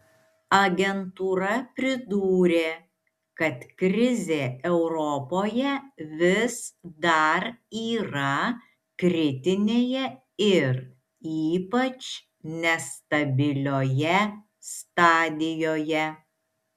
agentūra pridūrė kad krizė europoje vis dar yra kritinėje ir ypač nestabilioje stadijoje